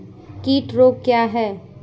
कीट रोग क्या है?